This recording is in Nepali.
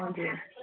हजुर